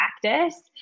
practice